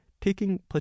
taking